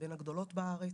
בין הגדולות בארץ,